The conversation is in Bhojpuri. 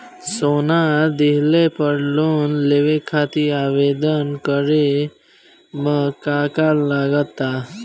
सोना दिहले पर लोन लेवे खातिर आवेदन करे म का का लगा तऽ?